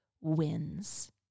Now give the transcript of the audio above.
wins